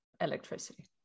electricity